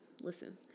Listen